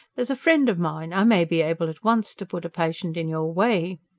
there's a friend of mine. i may be able at once to put a patient in your way.